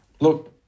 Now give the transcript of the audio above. look